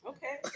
Okay